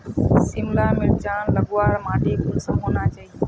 सिमला मिर्चान लगवार माटी कुंसम होना चही?